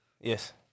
Yes